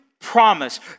promise